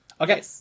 Okay